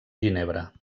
ginebra